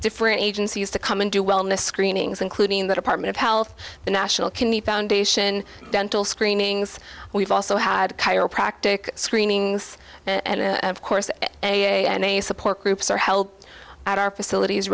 different agencies to come and do wellness screenings including the department of health the national kidney foundation dental screenings we've also had chiropractic screenings and of course a any support groups are held at our facilities